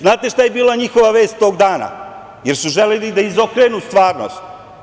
Znate šta je bila njihova vest, tog dana, jer su želeli da izokrenu stvarnost?